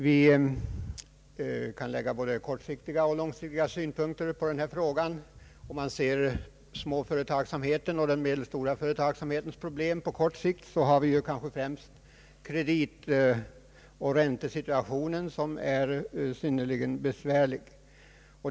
Vi kan lägga både kortsiktiga och långsiktiga synpunkter på denna fråga. Om man ser småföretagsamhetens och den medelstora företagsamhetens problem på kort sikt är det kanske främst kreditoch räntesituationen som är synnerligen besvärlig.